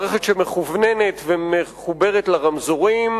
מערכת שמכווננת ומחוברת לרמזורים,